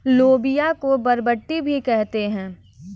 लोबिया को बरबट्टी भी कहते हैं